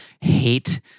hate